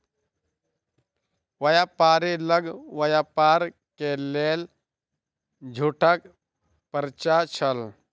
व्यापारी लग व्यापार के लेल छूटक पर्चा छल